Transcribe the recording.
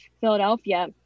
Philadelphia